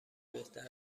بهتر